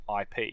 IP